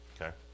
Okay